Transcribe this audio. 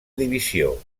divisió